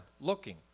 looking